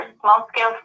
small-scale